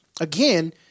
Again